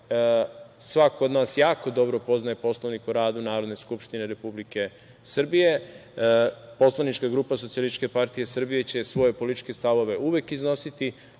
svako od nas jako dobro poznaje Poslovnik o radu Narodne skupštine Republike Srbije. Poslanička grupa SPS će svoje političke stavove uvek iznositi,